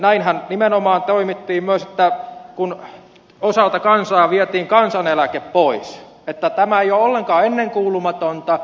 näinhän nimenomaan toimittiin myös kun osalta kansaa vietiin kansaneläke pois joten tämä ei ole ollenkaan ennenkuulumatonta